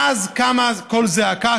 ואז קם קול זעקה,